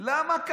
למה?